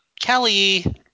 Kelly